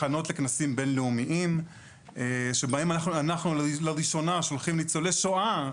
הכנות לכנסים בין-לאומיים שבהם אנחנו לראשונה שולחים ניצולי שואה,